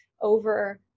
over